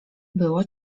było